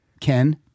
Ken